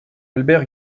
albert